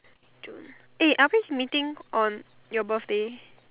June eh are we meeting on your birthday